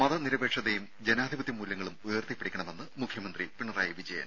മത നിരപേക്ഷതയും ജനാധിപത്യ മൂല്യങ്ങളും ഉയർത്തിപ്പിടിക്കണമെന്ന് മുഖ്യമന്ത്രി പിണറായി വിജയൻ